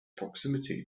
proximity